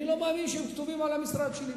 לא מאמין שהם כתובים על המשרד שלי,